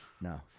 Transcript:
No